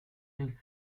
the